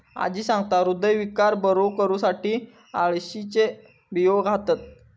आजी सांगता, हृदयविकार बरो करुसाठी अळशीचे बियो खातत